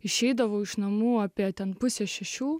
išeidavau iš namų apie ten pusę šešių